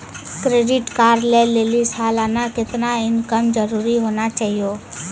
Credit card लय लेली सालाना कितना इनकम जरूरी होना चहियों?